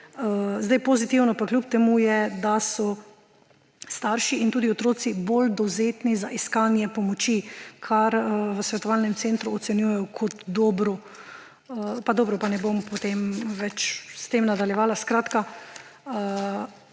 jeze. Pozitivno pa kljub temu je, da so starši in tudi otroci bolj dovzetni za iskanje pomoči, kar v svetovalnem centru ocenjujejo kot dobro.« Ne bom več s tem nadaljevala. Skratka,